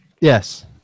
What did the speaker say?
Yes